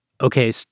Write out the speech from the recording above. okay